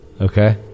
Okay